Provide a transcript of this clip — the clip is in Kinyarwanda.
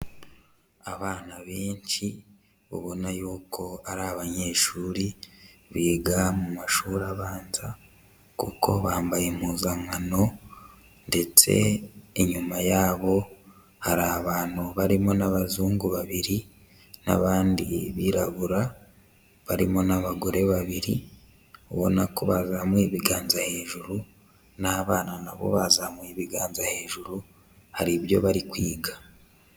Abana benshi ubona y'uko ari abanyeshuri biga mu mashuri abanza kuko bambaye impuzankano ndetse inyuma yabo hari abantu barimo n'abazungu babiri n'abandi birabura barimo n'abagore babiri, ubona ko bazamuye ibiganza hejuru n'abana na bo bazamuye ibiganza hejuru, hari ibyo bari kwiga.